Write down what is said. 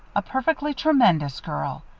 a perfectly tremendous girl.